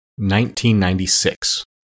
1996